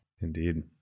Indeed